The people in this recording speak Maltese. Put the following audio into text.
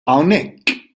hawnhekk